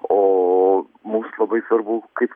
o mums labai svarbu kaip